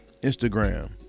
instagram